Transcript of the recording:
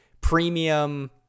premium